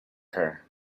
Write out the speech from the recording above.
her